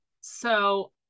So-